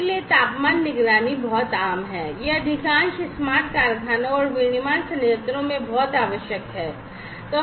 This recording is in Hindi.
इसलिए तापमान निगरानी बहुत आम है यह अधिकांश स्मार्ट कारखानों और विनिर्माण संयंत्रों में बहुत आवश्यक है